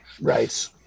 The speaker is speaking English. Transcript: Right